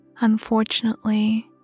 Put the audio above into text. Unfortunately